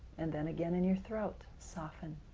and then again in your throat, soften.